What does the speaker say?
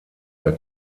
der